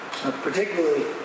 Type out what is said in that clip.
Particularly